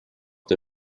der